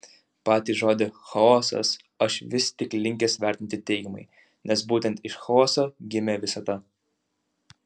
patį žodį chaosas aš vis tik linkęs vertinti teigiamai nes būtent iš chaoso gimė visata